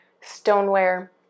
stoneware